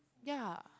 ya